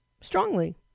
strongly